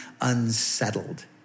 unsettled